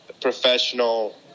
professional